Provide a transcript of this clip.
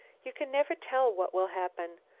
you can never tell what will happen.